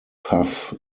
puff